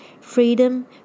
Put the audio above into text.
freedom